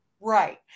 Right